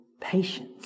patience